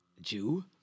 Jew